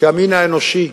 כי המין האנושי,